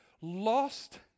Lost